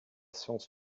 science